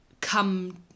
come